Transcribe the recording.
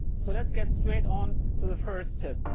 so let's get straight on to the first tip.